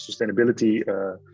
sustainability